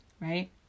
right